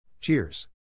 Cheers